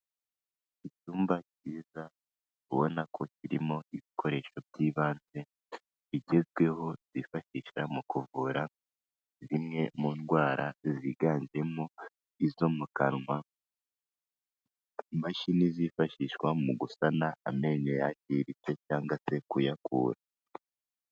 Icyumba cyiza ubona ko kirimo ibikoresho by'ibanze bigezweho byifashishwa mu kuvura zimwe mu ndwara ziganjemo izo mu kanwa, imashini zifashishwa mu gusana amenyo yagiritse cyangwa se kuyakura.